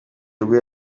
rwe